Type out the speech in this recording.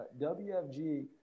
wfg